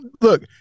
look